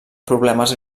problemes